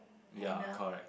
ya correct